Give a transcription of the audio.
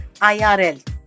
IRL